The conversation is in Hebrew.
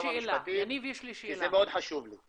עוד כמה משפטים כי זה מאוד חשוב לי.